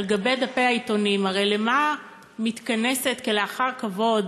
על גבי דפי העיתונים, הרי למה מתכנסת אחר כבוד